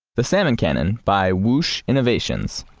the salmon cannon, by woosh innovations,